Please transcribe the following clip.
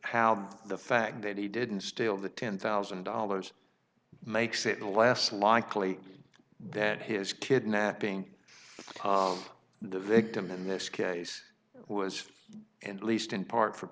how the fact that he didn't steal the ten thousand dollars makes it the last likely that his kidnapping the victim in this case was fair and least in part for